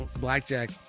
blackjack